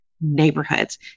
neighborhoods